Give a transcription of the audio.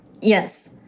Yes